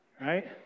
right